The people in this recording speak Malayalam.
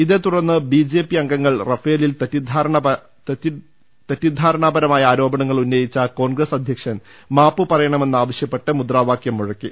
ഇതേതു ടർന്ന് ബി ജെ പി അംഗങ്ങൾ റഫേലിൽ തെറ്റിദ്ധാരണപരമായ ആരോപണങ്ങൾ ഉന്നയിച്ച കോൺഗ്രസ് അധ്യക്ഷൻ മാപ്പു പറ യണമെന്നാവശ്യപ്പെട്ട് മുദ്രാവാകൃം മുഴക്കി